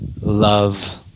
Love